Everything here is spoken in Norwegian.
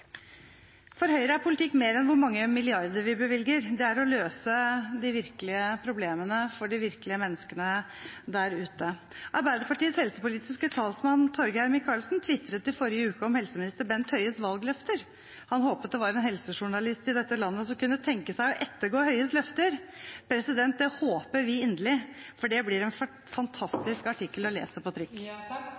For Høyre er politikk mer enn hvor mange milliarder vi bevilger. Det er å løse de virkelige problemene for de virkelige menneskene der ute. Arbeiderpartiets helsepolitiske talsmann Torgeir Micaelsen tvitret i forrige uke om helseminister Bent Høies valgløfter. Han håpet det var en helsejournalist i dette landet som kunne tenke seg å ettergå Høies løfter. Det håper vi inderlig, for det blir en fantastisk artikkel å lese på